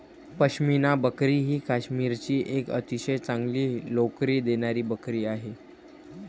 पश्मिना बकरी ही काश्मीरची एक अतिशय चांगली लोकरी देणारी बकरी आहे